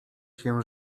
się